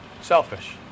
selfish